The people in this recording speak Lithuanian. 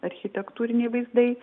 architektūriniai vaizdai